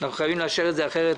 אנחנו חייבים לאשר את זה, אחרת